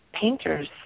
painter's